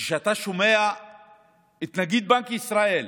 כשאתה שומע את נגיד בנק ישראל